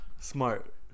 Smart